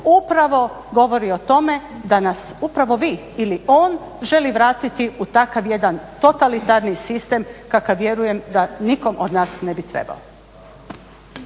upravo govori o tome da nas upravo vi ili on želi vratiti u takav jedan totalitarni sistem kakav vjerujem da nikome od nas ne bi trebao.